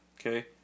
Okay